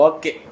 Okay